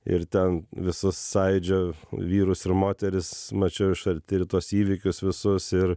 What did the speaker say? ir ten visus sąjūdžio vyrus ir moteris mačiau iš arti ir tuos įvykius visus ir